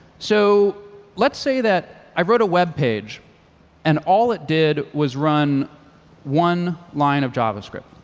so let's say that i wrote a web page and all it did was run one line of javascript,